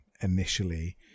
initially